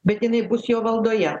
bet jinai bus jo valdoje